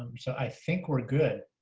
um so i think we're good.